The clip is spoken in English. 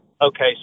Okay